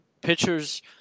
Pitchers